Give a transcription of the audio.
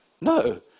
No